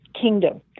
kingdom